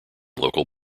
local